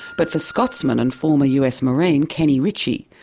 but for scotsman and former us marine kenny richey,